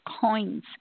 coins